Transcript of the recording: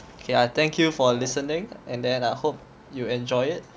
okay I thank you for listening and then I hope you enjoy it